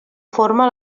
forma